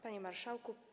Panie Marszałku!